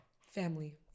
family